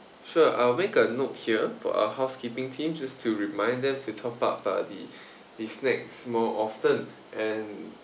sure I'll make a note here for our housekeeping teams just to remind them to top up uh the the snacks more often and